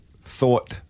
thought